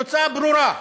התוצאה ברורה.